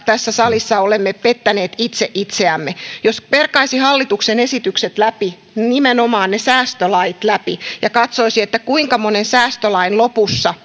tässä salissa olemme pettäneet itse itseämme jos perkaisi hallituksen esitykset läpi nimenomaan ne säästölait läpi ja katsoisi kuinka monen säästölain